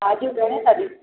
भाॼियूं घणे तरह जूं